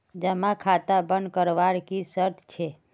जमा खाता बन करवार की शर्त छे?